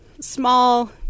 small